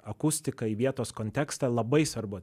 akustiką į vietos kontekstą labai svarbu